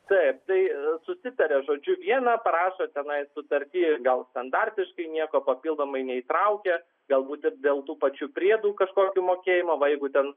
taip tai susitaria žodžiu viena parašo tenai sutarty gal standartiškai nieko papildomai neįtraukia galbūt ir dėl tų pačių priedų kažkokių mokėjimo va jeigu ten